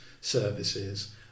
services